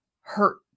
hurt